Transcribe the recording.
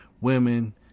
women